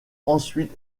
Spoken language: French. ensuite